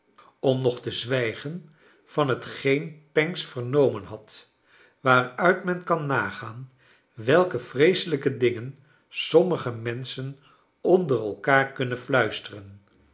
om nog te zwijgen van hetgeen pancks vernomen had waaruit men kan nagaan welke vreeselijke dingen sommige menschen onder elkaar kunnen fluisteren